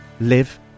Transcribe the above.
live